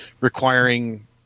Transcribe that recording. requiring